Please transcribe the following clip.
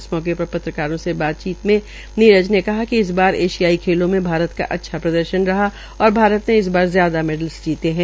इस मौके पर पत्रकारों से बातचीत में नीरज ने कहा कि इस बार एशियाई खेलों मे भारत का अच्छा प्रदर्शन रहा और भारत ने इस बार ज्यादा मैडल जीते है